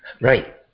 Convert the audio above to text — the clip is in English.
Right